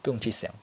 不用去想